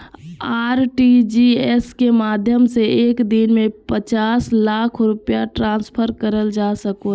RTGS के माध्यम से एक दिन में पांच लाख रुपया ट्रांसफर करल जा सको हय